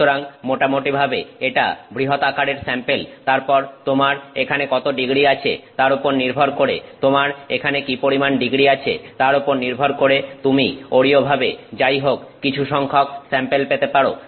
সুতরাং মোটামুটিভাবে এটা বৃহৎ আকারের স্যাম্পেল তারপর তোমার এখানে কত º আছে তার ওপর নির্ভর করে তোমার এখানে কি পরিমান º আছে তার ওপর নির্ভর করে তুমি অরীয়ভাবে যাইহোক কিছু সংখ্যক স্যাম্পেল পেতে পারো